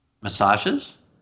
massages